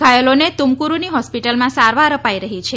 ઘાયલોને તુમકુરૂની હોસ્પિટલમાં સારવાર અપાઈ રહી છે